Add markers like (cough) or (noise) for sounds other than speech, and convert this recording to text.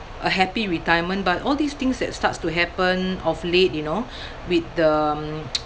a happy retirement but all these things that starts to happen of late you know with the um (noise)